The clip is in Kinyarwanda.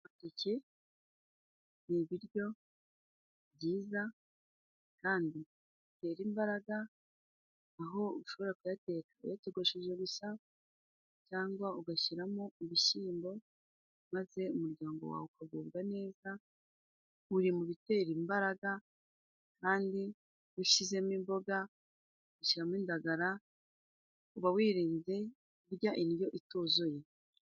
Amateke ni ibiryo byiza kandi bitera imbaraga, aho ushobora kuyateka uyatogosheje gusa cyangwa ugashyiramo ibishyimbo, maze umuryango wawe ukagubwa neza, uri mu bitera imbaraga kandi ushyizemo imboga, ugashyiramo indagara, uba wirinze kurya indyo ituzuye.